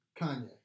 Kanye